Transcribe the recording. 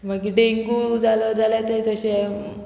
मागीर डेंगू जालो जाल्यार ते तशें